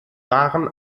waren